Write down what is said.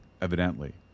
evidently